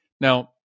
Now